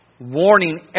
warning